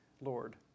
Lord